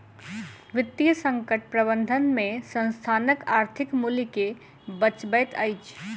वित्तीय संकट प्रबंधन में संस्थानक आर्थिक मूल्य के बचबैत अछि